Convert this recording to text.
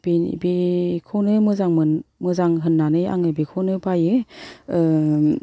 बेनि बेखौनो मोजां मोन मोजां होन्नानै आङो बेखौनो बाइयो